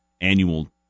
annual